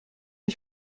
ich